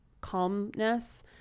calmness